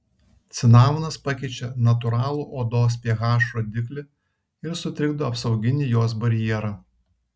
cinamonas pakeičia natūralų odos ph rodiklį ir sutrikdo apsauginį jos barjerą